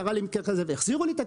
שקרה לו מקרה כזה והחזירו לו את הכסף.